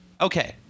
Okay